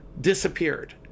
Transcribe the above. disappeared